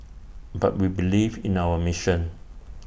but we believe in our mission